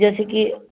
जसं की